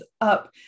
up